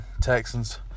Texans